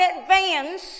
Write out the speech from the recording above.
advance